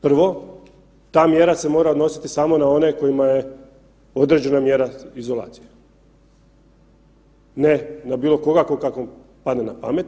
Prvo, ta mjera se mora odnositi samo na one kojima je određena mjera izolacije ne na bilo koga kom kako padne na pamet.